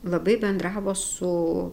labai bendravo su